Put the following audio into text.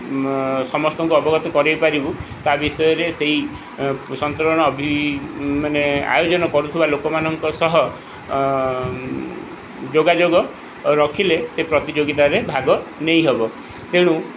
ସମସ୍ତଙ୍କୁ ଅବଗତ କରାଇପାରିବୁ ତା ବିଷୟରେ ସେହି ସନ୍ତରଣ ମାନେ ଆୟୋଜନ କରୁଥିବା ଲୋକମାନଙ୍କ ସହ ଯୋଗାଯୋଗ ରଖିଲେ ସେ ପ୍ରତିଯୋଗିତାରେ ଭାଗ ନେଇହେବ ତେଣୁ